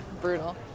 brutal